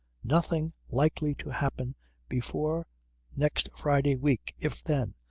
nothing's likely to happen before next friday week if then.